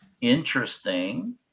Interesting